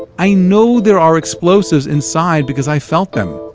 i know there are explosives inside because i felt them.